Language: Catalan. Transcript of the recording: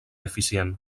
eficient